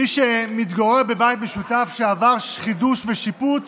מי שמתגורר בבית משותף שעבר חידוש ושיפוץ